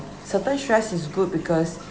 certain stress is good because